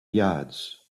yards